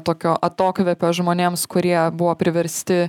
tokio atokvėpio žmonėms kurie buvo priversti